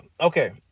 okay